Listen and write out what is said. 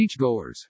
beachgoers